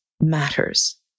matters